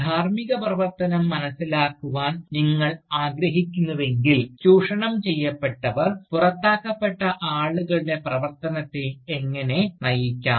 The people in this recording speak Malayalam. ധാർമ്മിക പ്രവർത്തനം മനസ്സിലാക്കുവാൻ നിങ്ങൾ ആഗ്രഹിക്കുന്നുവെങ്കിൽ ചൂഷണം ചെയ്യപ്പെട്ടവർ പുറത്താക്കപ്പെട്ട ആളുകളുടെ പ്രവർത്തനത്തെ എങ്ങനെ നയിക്കാം